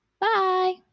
Bye